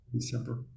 December